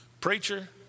preacher